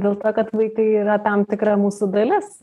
dėl to kad vaikai yra tam tikra mūsų dalis